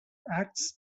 acts